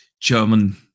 German